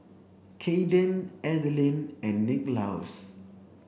Cayden Adaline and Nicklaus